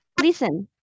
Listen